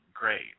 Great